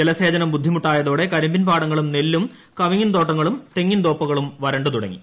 ജലസേചനം ബുദ്ധിമുട്ടായതോടെ കരിമ്പിൻ പാടങ്ങളും നെല്ലും കവുങ്ങിൻ തോട്ടങ്ങളും തെങ്ങിൻ തോപ്പുകളും വരണ്ടു തുടങ്ങി